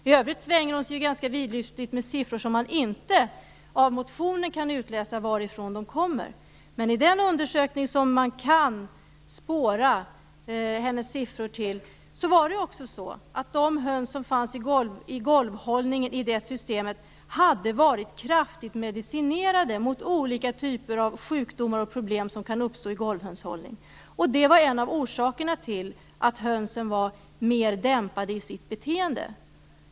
I övrigt svänger hon sig ganska vidlyftigt med siffror som man inte av motionen kan utläsa varifrån de kommer. Men när det gäller den undersökning som man kan spåra hennes siffror till var de höns som fanns i golvhållningssystemet kraftigt medicinerade mot olika typer av sjukdomar och problem som kan uppstå i golvhönshållning. Det var en av orsakerna till att hönsen hade ett mer dämpat beteende.